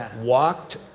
walked